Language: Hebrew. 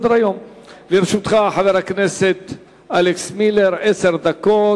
לרשותך, חבר הכנסת אלכס מילר, עשר דקות.